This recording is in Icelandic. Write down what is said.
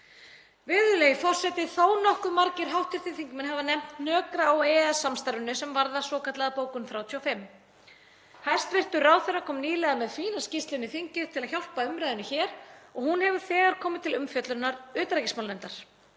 Virðulegi forseti. Þó nokkuð margir hv. þingmenn hafa nefnt hnökra á EES samstarfinu sem varða svokallaða bókun 35. Hæstv. ráðherra kom nýlega með fína skýrslu inn í þingið til þess að hjálpa umræðunni hér og hún hefur þegar komið til umfjöllunar utanríkismálanefndar.